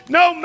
no